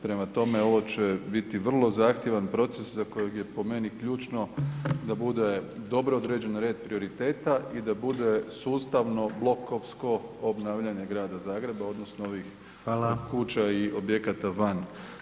Prema tome, ovo će biti vrlo zahtjevan proces za kojeg je po meni ključno da bude dobro određen red prioriteta i da bude sustavno blokovsko obnavljanje Grada Zagreba odnosno ovih kuća i objekata van